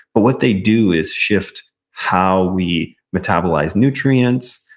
but what they do is shift how we metabolize nutrients,